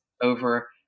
over